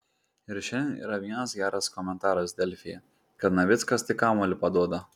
ir šiandien yra vienas geras komentaras delfyje kad navickas tik kamuolį paduoda